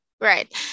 right